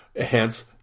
hence